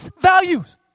values